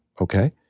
okay